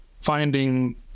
finding